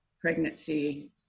pregnancy